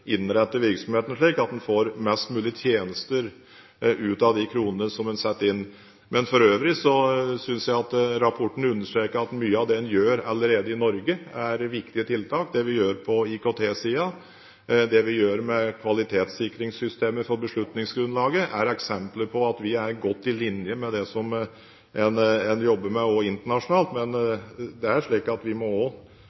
virksomheten slik at en får flest mulig tjenester ut av de kronene som en setter inn. For øvrig synes jeg rapporten understreker at mye av det en allerede gjør i Norge, er viktige tiltak. Det vi gjør på IKT-siden, det vi gjør med kvalitetssikringssystemet for beslutningsgrunnlaget, er eksempler på at vi er godt på linje med det en jobber med også internasjonalt. Det er slik at vi må hente både inspirasjon, lærdom og kunnskap internasjonalt.